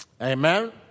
Amen